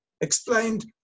explained